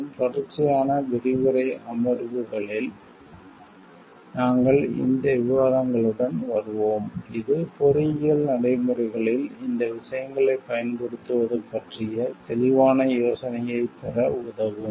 மற்றும் தொடர்ச்சியான விரிவுரை அமர்வுகளில் நாங்கள் இந்த விவாதங்களுடன் வருவோம் இது பொறியியல் நடைமுறைகளில் இந்த விஷயங்களைப் பயன்படுத்துவது பற்றிய தெளிவான யோசனையைப் பெற உதவும்